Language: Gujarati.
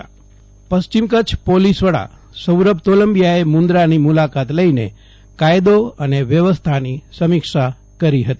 જયદિપ વૈષ્ણવ પોલીસ વડા પશ્ચિમ કચ્છ પોલીસ વડા સૌરભ તોલંબિયાએ મુન્દ્રાની મુલાકાત લઇને કાયદો અને વ્યવસ્થાની સમીક્ષા કરી હતી